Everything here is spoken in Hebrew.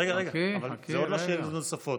רגע, זה עוד לא שאלות נוספות.